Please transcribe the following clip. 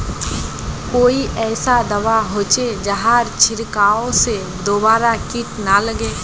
कोई ऐसा दवा होचे जहार छीरकाओ से दोबारा किट ना लगे?